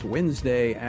Wednesday